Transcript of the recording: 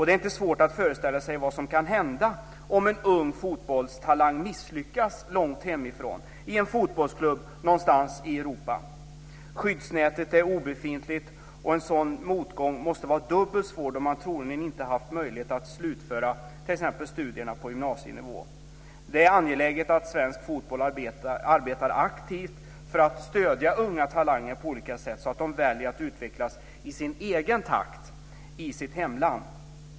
Det är inte svårt att föreställa sig vad som kan hända om en ung fotbollstalang misslyckas långt hemifrån i en fotbollsklubb någonstans i Europa. Skyddsnätet är obefintligt, och en sådan motgång måste vara dubbelt svår då man troligen inte haft möjlighet att slutföra t.ex. studierna på gymnasienivå. Det är angeläget att svensk fotboll arbetar aktivt för att stödja unga talanger på olika sätt, så att de väljer att utvecklas i sin egen takt i sitt hemland.